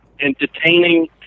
entertaining